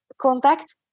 contact